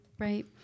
Right